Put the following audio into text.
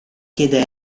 chiede